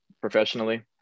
professionally